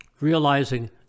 realizing